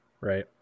Right